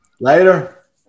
Later